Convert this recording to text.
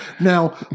Now